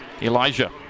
Elijah